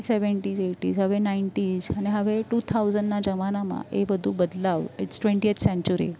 seventies eighties હવે nineties અને હવે ટુ થાઉઝન્ડના જમાનામાં એ બધું બદલાવ ઇટ્સ ટવેન્ટીએથ સેન્ચુરી